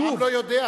העם לא יודע,